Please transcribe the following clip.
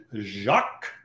Jacques